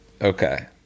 Okay